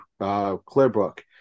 Clearbrook